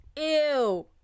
Ew